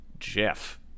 jeff